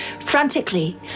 Frantically